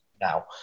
now